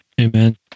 Amen